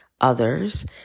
others